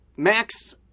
Max